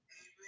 Amen